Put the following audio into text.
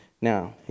Now